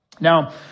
Now